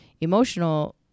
emotional